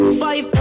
five